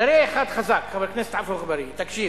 תראה אחד חזק, חבר הכנסת עפו אגבאריה, תקשיב: